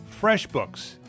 FreshBooks